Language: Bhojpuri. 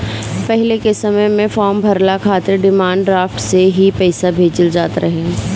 पहिले के समय में फार्म भरला खातिर डिमांड ड्राफ्ट से ही पईसा भेजल जात रहे